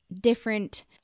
different